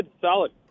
Solid